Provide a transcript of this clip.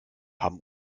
haben